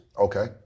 Okay